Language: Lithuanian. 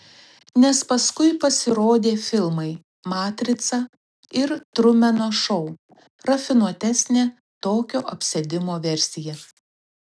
nes paskui pasirodė filmai matrica ir trumeno šou rafinuotesnė tokio apsėdimo versija